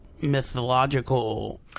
mythological